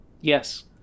yes